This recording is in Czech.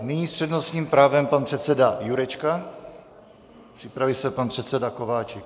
Nyní s přednostním právem pan předseda Jurečka, připraví se pan předseda Kováčik.